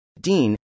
Dean